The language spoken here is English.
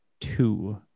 two